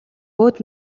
өөд